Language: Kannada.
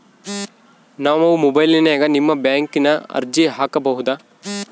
ನಾವು ಮೊಬೈಲಿನ್ಯಾಗ ನಿಮ್ಮ ಬ್ಯಾಂಕಿನ ಅರ್ಜಿ ಹಾಕೊಬಹುದಾ?